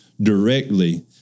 directly